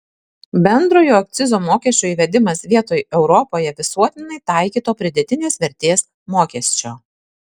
bendrojo akcizo mokesčio įvedimas vietoj europoje visuotinai taikyto pridėtinės vertės mokesčio